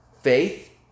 Faith